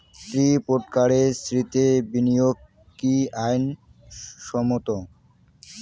ক্রিপ্টোকারেন্সিতে বিনিয়োগ কি আইন সম্মত?